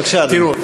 בבקשה, אדוני.